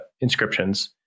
inscriptions